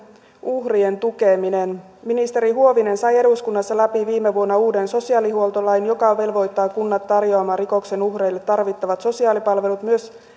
uhrien tukeminen ministeri huovinen sai eduskunnassa läpi viime vuonna uuden sosiaalihuoltolain joka velvoittaa kunnat tarjoamaan rikosten uhreille tarvittavat sosiaalipalvelut myös